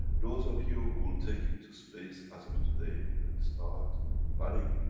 those of you who will take it to space, as of today and start planning,